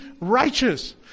righteous